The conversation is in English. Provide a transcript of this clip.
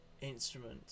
instrument